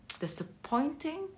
disappointing